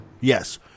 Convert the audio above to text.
Yes